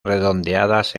redondeadas